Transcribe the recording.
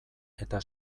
eta